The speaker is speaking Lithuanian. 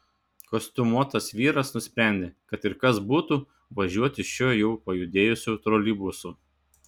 kostiumuotas vyras nusprendė kad ir kas būtų važiuoti šiuo jau pajudėjusiu troleibusu